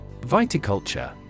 Viticulture